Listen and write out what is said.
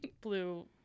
blue